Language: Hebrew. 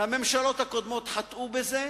והממשלות הקודמות חטאו בזה,